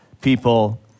people